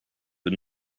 but